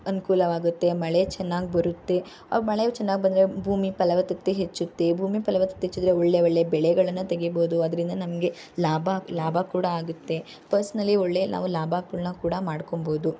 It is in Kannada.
ಅನುಕೂಲವಾಗುತ್ತೆ ಮಳೆ ಚೆನ್ನಾಗಿ ಬರುತ್ತೆ ಅದು ಮಳೆಯೂ ಚೆನ್ನಾಗಿ ಬಂದರೆ ಭೂಮಿ ಫಲವತ್ತತೆ ಹೆಚ್ಚುತ್ತೆ ಭೂಮಿ ಫಲವತ್ತತೆ ಹೆಚ್ಚಿದ್ರೆ ಒಳ್ಳೆಯ ಒಳ್ಳೆಯ ಬೆಳೆಗಳನ್ನು ತೆಗಿಬೋದು ಅದರಿಂದ ನಮಗೆ ಲಾಭ ಲಾಭ ಕೂಡ ಆಗುತ್ತೆ ಪರ್ಸ್ನಲಿ ಒಳ್ಳೆಯ ನಾವು ಲಾಭಗಳ್ನ ಕೂಡ ಮಾಡ್ಕೊಬೋದು